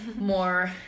more